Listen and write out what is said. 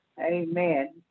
Amen